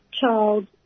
child